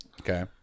Okay